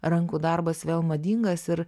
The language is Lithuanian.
rankų darbas vėl madingas ir